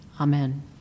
Amen